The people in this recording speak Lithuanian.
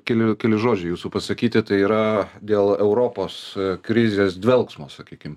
keli keli žodžiai jūsų pasakyti tai yra dėl europos krizės dvelksmo sakykim